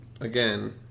again